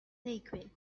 liquid